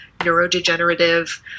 neurodegenerative